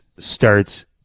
starts